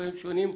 שפרצופיהם שונים,